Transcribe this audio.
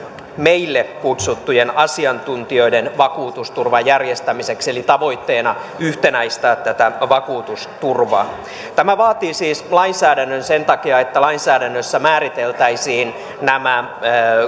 meille kutsuttujen asiantuntijoiden vakuutusturvan järjestämiseksi eli tavoitteena on yhtenäistää tätä vakuutusturvaa tämä vaatii siis lainsäädännön sen takia että lainsäädännössä määriteltäisiin